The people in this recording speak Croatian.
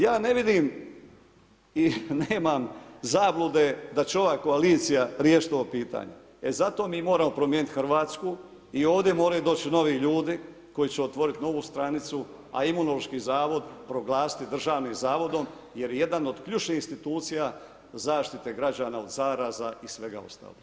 Ja ne vidim i nemam zablude da će ova koalicija riješiti ovo pitanje, e zato mi moramo promijeniti Hrvatsku i ovdje moraju doći novi ljudi koji će otvoriti novu stranicu a Imunološki zavod proglasiti državnim zavodom jer je jedna od ključnih institucija zaštite građana od zaraza i svega ostalog.